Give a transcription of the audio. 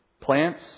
plants